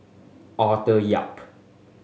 Arthur Yap